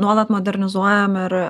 nuolat modernizuojam ir